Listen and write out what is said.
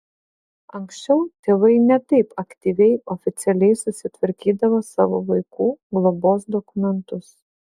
anksčiau tėvai ne taip aktyviai oficialiai susitvarkydavo savo vaikų globos dokumentus